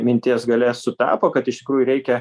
minties galia sutapo kad iš tikrųjų reikia